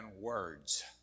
words